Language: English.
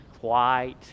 white